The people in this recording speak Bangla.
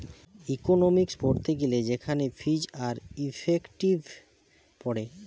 ইকোনোমিক্স পড়তে গিলে সেখানে ফিজ আর ইফেক্টিভ পড়ে